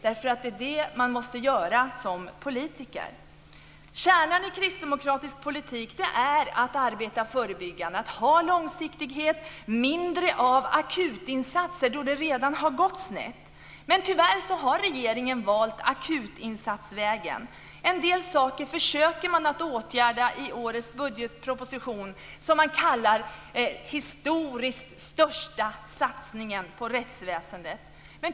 Det är det man måste göra som politiker. Kärnan i kristdemokratisk politik är att arbeta förebyggande, att ha långsiktighet och mindre av akutinsatser då det redan har gått snett. Tyvärr har regeringen valt akutinsatsvägen. En del saker försöker man att åtgärda i årets budgetproposition, som man kallar "den historiskt största satsningen på rättsväsendet".